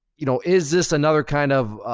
you know is this another kind of